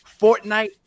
Fortnite